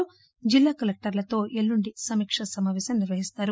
రావు జిల్లా కలెక్టర్లతో ఎల్లుండి సమీకా సమాపేశం నిర్వహిస్తారు